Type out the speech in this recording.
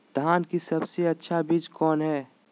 धान की सबसे अच्छा बीज कौन है?